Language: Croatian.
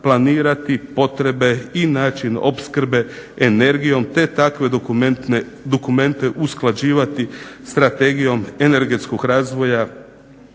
planirati potrebe i način opskrbe energijom te takve dokumente usklađivati strategijom energetskog razvoja